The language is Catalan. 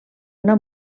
una